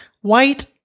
White